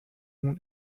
اون